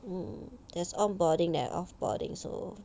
um there's on boarding there are off boarding so